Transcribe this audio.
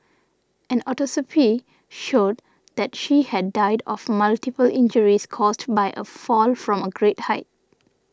an autopsy showed that she had died of multiple injuries caused by a fall from a great height